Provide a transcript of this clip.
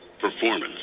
Performance